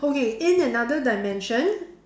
okay in another dimension